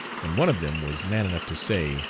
and one of them was man enough to say